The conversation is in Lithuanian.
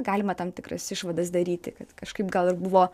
galima tam tikras išvadas daryti kad kažkaip gal ir buvo